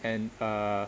and uh